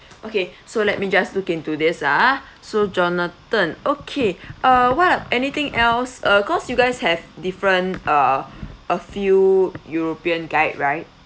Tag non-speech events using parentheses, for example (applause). (breath) okay so let me just look into this ah so jonathan okay (breath) uh what anything else uh cause you guys have different uh a few european guide right